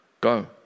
Go